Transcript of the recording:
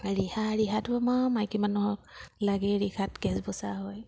ৰিহা ৰিহাটো আমাৰ মাইকী মানুহক লাগে ৰিহাত কেঁচ বচা হয়